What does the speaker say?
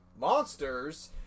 Monsters